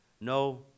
No